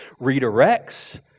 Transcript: redirects